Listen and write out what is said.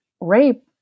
rape